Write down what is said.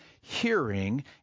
hearing